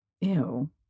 Ew